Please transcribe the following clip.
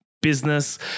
business